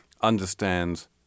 understands